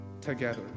together